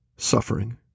suffering